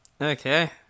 Okay